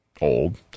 old